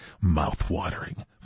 mouth-watering